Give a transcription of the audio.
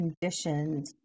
conditioned